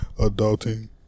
adulting